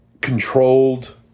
controlled